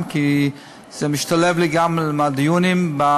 כי זה משתלב לי גם בדיונים על